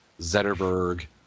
Zetterberg